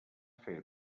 fer